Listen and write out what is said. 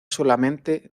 solamente